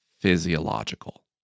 physiological